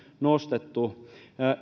nostettu